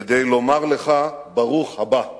כדי לומר לך: ברוך הבא.